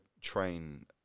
train